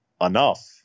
enough